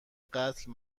قتل